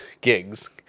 gigs